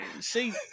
See